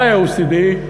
ב-OECD,